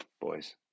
boys